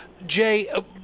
Jay